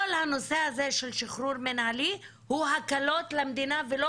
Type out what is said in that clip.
כל הנושא הזה של שחרור מינהלי הוא הקלות למדינה ולא